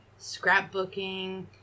Scrapbooking